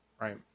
Right